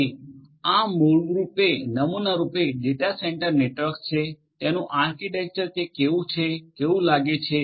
તેથી આ મૂળરૂપે લાક્ષણિકરૂપે ડેટા સેન્ટર નેટવર્ક છે તેનું આર્કિટેક્ચર તે કેવું છે કેવું લાગે છે